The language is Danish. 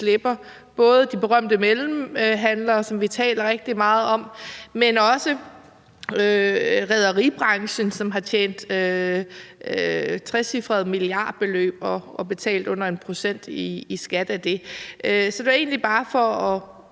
Det er både de berømte mellemhandlere, som vi taler rigtig meget om, men også rederibranchen, som har tjent trecifrede milliardbeløb og har betalt under 1 pct. i skat af det. Så det var egentlig bare for at